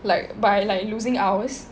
like by like losing ours